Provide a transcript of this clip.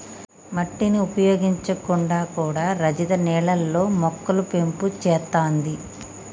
మట్టిని ఉపయోగించకుండా కూడా రజిత నీళ్లల్లో మొక్కలు పెంపు చేత్తాంది